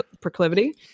proclivity